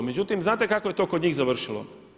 Međutim znate kako je to kod njih završilo?